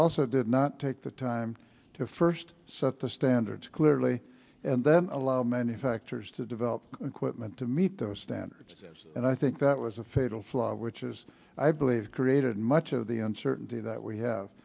also did not take the time to first set the standards clearly and then allow manufacturers to develop equipment to meet those standards and i think that was a fatal flaw which is i believe created much of the uncertainty that we have